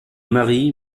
mari